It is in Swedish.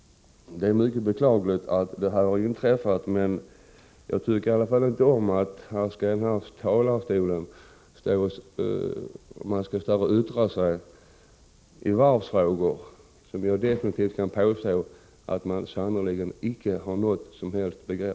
Det är mycket beklagligt det som nu har inträffat i Uddevalla, men jag tycker inte om att ledamöter som absolut icke har något som helst begrepp om varvsfrågor står i denna talarstol och yttrar sig om just varven.